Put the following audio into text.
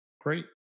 great